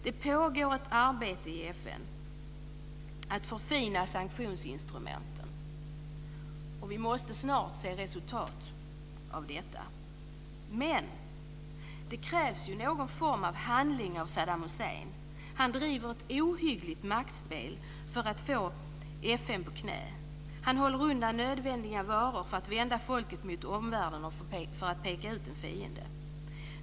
Det pågår ett arbete i FN med att förfina sanktionsinstrumenten, och vi måste snart se resultat av detta. Men det krävs någon form av handling av Saddam Hussein. Han driver ett ohyggligt maktspel för att få FN på knä. Han håller undan nödvändiga varor för att vända folket mot omvärlden och för att peka ut en fiende.